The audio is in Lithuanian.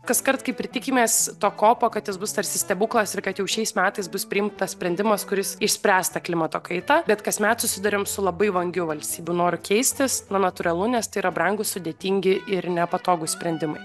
kaskart kaip ir tikimės to kopo kad jis bus tarsi stebuklas ir kad jau šiais metais bus priimtas sprendimas kuris išspręs tą klimato kaitą bet kasmet susiduriam su labai vangiu valstybių noru keistis na natūralu nes tai yra brangūs sudėtingi ir nepatogūs sprendimai